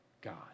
God